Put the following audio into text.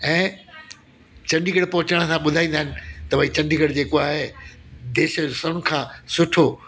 ऐं चंडीगढ़ पहुंचण खां ॿुधाईंदा आहिनि त भाइ चंडीगढ़ जेको आहे देश जो सभु खां सुठो